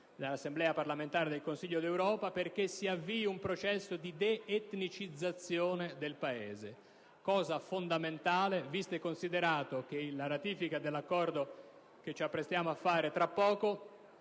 all'Assemblea parlamentare del Consiglio d'Europa) perché si avvii un processo di de-etnicizzazione del Paese: è una questione fondamentale, visto e considerato che la ratifica dell'Accordo che ci apprestiamo a votare tra poco